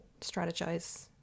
strategize